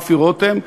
רפי רותם,